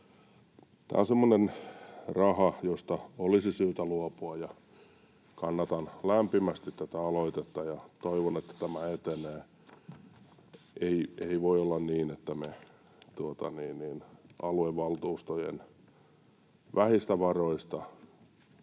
Tämä on semmoinen raha, josta olisi syytä luopua, ja kannatan lämpimästi tätä aloitetta ja toivon, että tämä etenee. Ei voi olla niin, että me aluevaltuustojen vähistä varoista